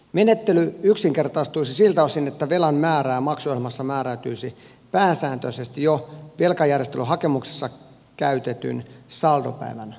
menettely yksinkertaistuisi siltä osin että velan määrä maksuohjelmassa määräytyisi pääsääntöisesti jo velkajärjestelyhakemuksessa käytetyn saldopäivän mukaan